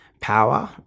power